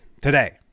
today